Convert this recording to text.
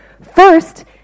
First